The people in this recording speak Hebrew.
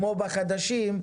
כמו בחדשים,